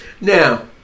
Now